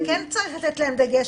אבל זה כן צריך לתת להם דגש,